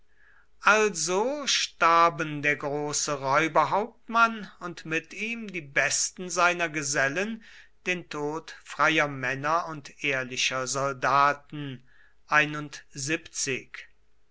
also starben der große räuberhauptmann und mit ihm die besten seiner gesellen den tod freier männer und ehrlicher soldaten